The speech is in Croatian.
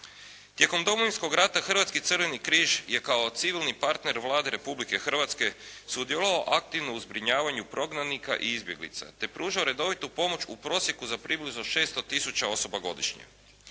Tijekom Domovinskog rata Hrvatski crveni križ je kao civilni partner Vlade Republike Hrvatske sudjelovao aktivno u zbrinjavanju prognanika i izbjeglica te pružao redovitu pomoć u prosjeku za približno 600 tisuća osoba godišnje.